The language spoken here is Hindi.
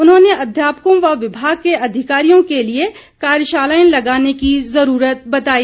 उन्होंने अध्यापकों व विभाग के अधिकारियों के लिए कार्यशालाएं लगाने की ज़रूरत बताई